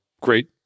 great